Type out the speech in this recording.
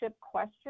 question